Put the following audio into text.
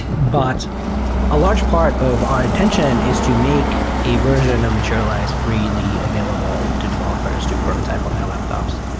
but a large part of our intention is to make a version of materialize freely available to developers to prototype on their laptops.